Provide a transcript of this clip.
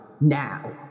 Now